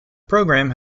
programme